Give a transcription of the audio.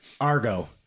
Argo